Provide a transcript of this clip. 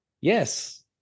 Yes